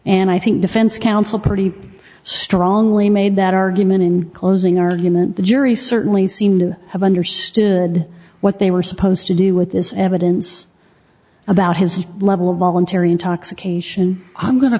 and i think defense counsel pretty strongly made that argument in closing argument the jury certainly seemed to have understood what they were supposed to do with this evidence about his level of voluntary intoxication i'm go